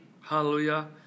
hallelujah